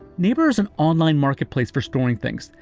neighbor's an online marketplace for storing things.